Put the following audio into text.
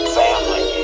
family